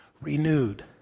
renewed